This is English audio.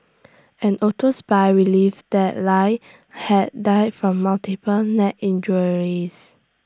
an auto spy relive that lie had died from multiple neck injuries